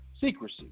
secrecy